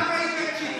למה איווט שיקר?